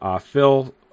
Phil